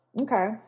Okay